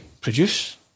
produce